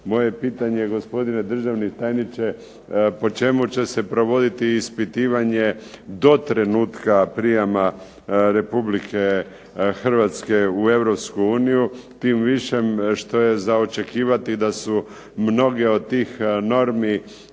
je pitanje, gospodine državni tajniče, po čemu će se provoditi ispitivanje do trenutka prijama Republike Hrvatske u Europsku uniju, tim više što je za očekivati da su mnoge od tih normi